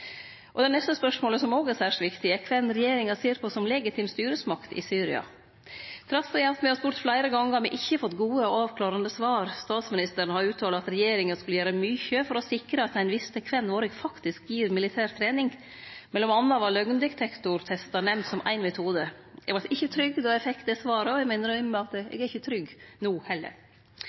Det neste spørsmålet, som òg er særs viktig, er kven regjeringa ser på som legitim styresmakt i Syria. Trass i at me har spurt fleire gonger, har me ikkje fått gode og avklarande svar. Statsministeren har uttala at regjeringa skulle gjere mykje for å sikre at ein visste kven Noreg faktisk gir militær trening. Mellom anna var løgndetektortestar nemnt som ein metode. Eg vart ikkje trygg då eg fekk det svaret, og eg må innrømme at eg er ikkje trygg no heller.